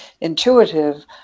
intuitive